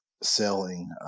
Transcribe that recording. selling